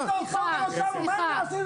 מדברת איתי על תל חצור, תעשייה ,לא תעשייה.